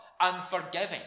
unforgiving